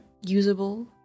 usable